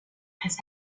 has